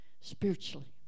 spiritually